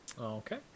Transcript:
Okay